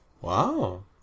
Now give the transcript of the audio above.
Wow